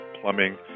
plumbing